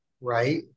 right